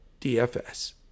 DFS